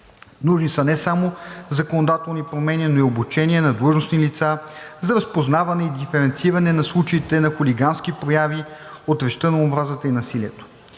Нужни са не само законодателни промени, но и обучение на длъжностни лица за разпознаване и диференциране на случаите на хулигански прояви от речта на омразата и насилието.